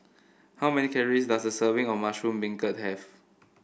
how many calories does a serving of Mushroom Beancurd have